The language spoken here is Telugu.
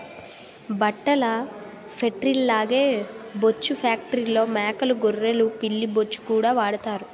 బట్టల ఫేట్రీల్లాగే బొచ్చు ఫేట్రీల్లో మేకలూ గొర్రెలు పిల్లి బొచ్చుకూడా వాడతారట